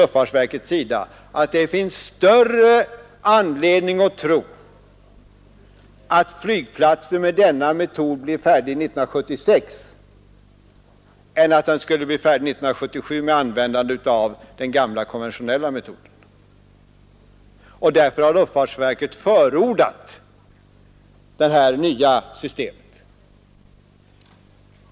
Luftfartsverket framhåller att det finns större anledning att tro att flygplatsen med denna metod blir färdig 1976 än att den skulle bli färdig 1977 med användande av den konventionella metoden. Därför har luftfartsverket förordat detta nya system.